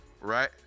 Right